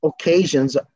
occasions